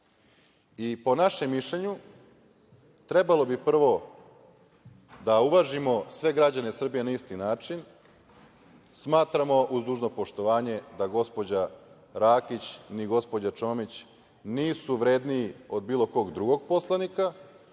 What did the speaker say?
i, po našem mišljenju, trebalo bi, prvo, da uvažimo sve građane Srbije na isti način. Smatramo, uz dužno poštovanje, da gospođa Rakić, ni gospođa Čomić nisu vredniji od bilo kog drugog poslanika